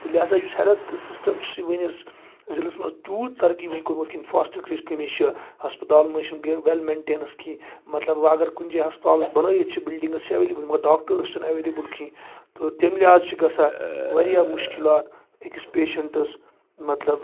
تہٕ لِہذا یُس ہیلتھ سِسٹَم چھُ سُہ وٕنِس ضِلعس منٛز تیوٗت ترقی وٕنہِ کوٚرمُت کِنہٕ کمی چھِ ہَسپَتالَن منٛز چھِنہٕ وٮ۪ل مینٹینَس کیٚنٛہہ مطلب وۄنۍ اگر کُنہِ جایہِ ہَسپَتالَس بَنٲیِتھ چھِ بِلڈِنٛگٕس چھِ ایولیبل مگر ڈاکٹٲرٕس چھِنہٕ ایولیبل کیٚنٛہہ تہٕ تَمہِ لِحاظ چھِ گژھان واریاہ مُشکِلات أکِس پیشَنٹَس مطلب